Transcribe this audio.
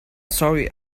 sorry